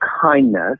kindness